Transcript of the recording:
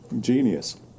genius